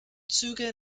züge